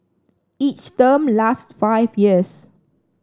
each term lasts five years